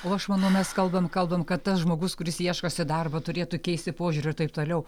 o aš manau mes kalbam kalbam kad tas žmogus kuris ieškosi darbo turėtų keisti požiūrį ir taip toliau